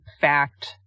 fact